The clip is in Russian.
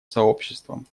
сообществом